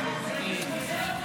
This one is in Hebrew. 2024,